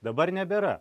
dabar nebėra